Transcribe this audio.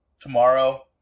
tomorrow